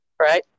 right